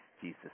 Jesus